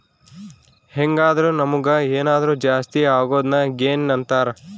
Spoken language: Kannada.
ಹೆಂಗಾದ್ರು ನಮುಗ್ ಏನಾದರು ಜಾಸ್ತಿ ಅಗೊದ್ನ ಗೇನ್ ಅಂತಾರ